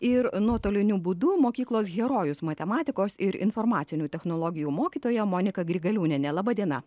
ir nuotoliniu būdu mokyklos herojus matematikos ir informacinių technologijų mokytoja monika grigaliūnienė laba diena